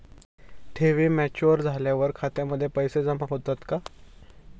ठेवी मॅच्युअर झाल्यावर खात्यामध्ये पैसे जमा होतात का?